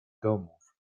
domów